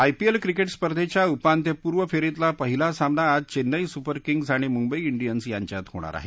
IPL cricket स्पर्धेच्या उपांत्यपूर्व फेरीतला पहिला सामना आज चेन्नई सुपर किंग्ज आणि मुंबई डियन्स यांच्यात होणार आहे